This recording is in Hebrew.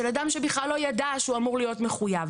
של אדם שבכלל לא ידע שהוא אמור להיות מחויב.